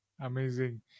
Amazing